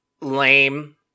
lame